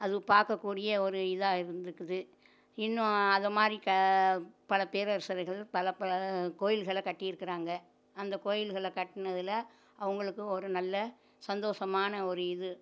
அது பார்க்கக்கூடிய ஒரு இதாக இருந்துக்குது இன்னும் அதைமாரி கா பல பேரரசர்கள் பல பல கோயில்களை கட்டியிருக்குறாங்கள் அந்தக்கோயில்களை கட்டினதுல அவங்களுக்கு ஒரு நல்ல சந்தோஷமான ஒரு இது